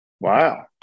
Wow